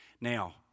Now